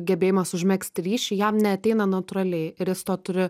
gebėjimas užmegzti ryšį jam neateina natūraliai ir jis to turi